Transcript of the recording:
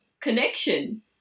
connection